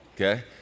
okay